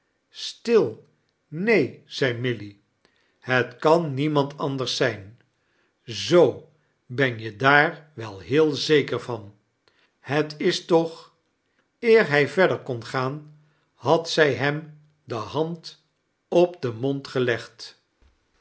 neeii zei milly het kan nieinand anders zijn zoo ben je daar wel heel zeker van het is toch eer hij rerder koa gaan had zij hem de hand op den mond gelegd